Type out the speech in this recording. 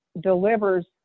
delivers